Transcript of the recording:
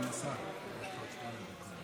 אנחנו מקווים שתעזור לנו לעצור את עילת הסבירות.